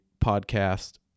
podcast